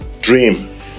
dream